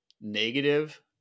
negative